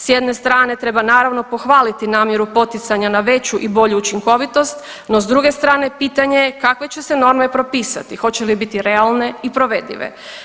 S jedne strane treba naravno pohvaliti namjeru poticanja na veću i bolju učinkovitost, no s druge strane pitanje je kakve će se norme propisati hoće li biti realne i provedive.